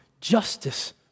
justice